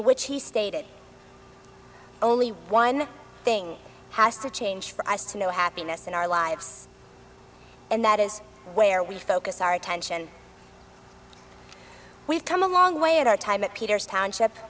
which he stated only one thing has to change for us to know happiness in our lives and that is where we focus our attention we've come a long way in our time at peter's township